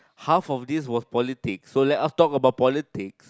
half of this was politics so let us talk about politics